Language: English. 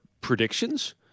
predictions